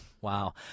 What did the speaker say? Wow